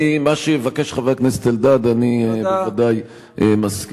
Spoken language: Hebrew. מה שיבקש חבר הכנסת אלדד, אני בוודאי מסכים.